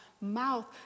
mouth